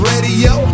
Radio